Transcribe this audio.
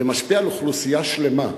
זה משפיע על אוכלוסייה שלמה.